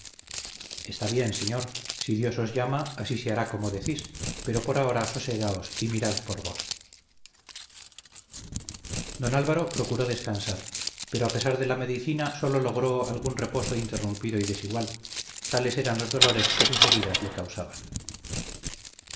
está bien señor si dios os llama así se hará como decís pero por ahora sosegaos y mirad por vos don álvaro procuró descansar pero a pesar de la medicina sólo logró algún reposo interrumpido y desigual tales eran los dolores que sus heridas le causaban